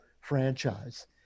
franchise